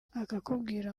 akakubwira